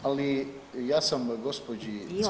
Ali ja sam gospođici